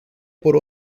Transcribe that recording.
por